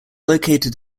located